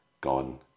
gone